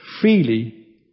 freely